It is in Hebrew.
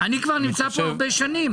אני כבר נמצא פה הרבה שנים,